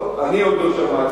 טוב, אני עוד לא שמעתי.